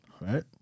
Right